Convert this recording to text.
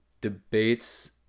debates